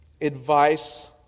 advice